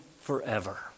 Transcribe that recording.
forever